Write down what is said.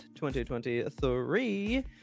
2023